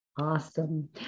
Awesome